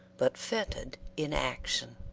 but fettered in action.